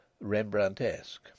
Rembrandtesque